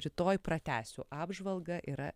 rytoj pratęsiu apžvalgą yra